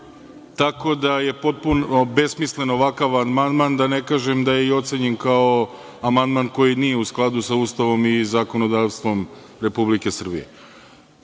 tako da je potpuno besmisleno ovakav amandman, da ne kažem da je i ocenjen kao amandman koji nije u skladu sa Ustavom i zakonodavstvom Republike Srbije. Da